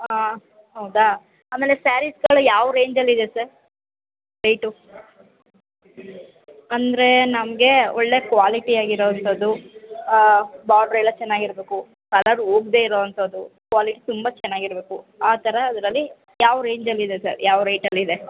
ಹಾಂ ಹೌದಾ ಆಮೇಲೆ ಸ್ಯಾರೀಸ್ಗಳು ಯಾವ ರೇಂಜಲ್ಲಿ ಇದೆ ಸರ್ ರೇಟು ಅಂದರೆ ನಮಗೆ ಒಳ್ಳೆಯ ಕ್ವಾಲಿಟಿ ಆಗಿರೋಂಥದ್ದು ಬಾರ್ಡ್ರ್ ಎಲ್ಲ ಚೆನ್ನಾಗಿರ್ಬೇಕು ಕಲರ್ ಹೋಗ್ದೆ ಇರೋಂಥದ್ದು ಕ್ವಾಲಿಟಿ ತುಂಬ ಚೆನ್ನಾಗಿರ್ಬೇಕು ಆ ಥರದ್ರಲ್ಲಿ ಯಾವ ರೇಂಜಲ್ಲಿ ಇದೆ ಸರ್ ಯಾವ ರೇಟಲ್ಲಿ ಇದೆ